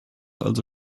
also